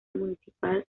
municipal